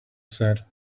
said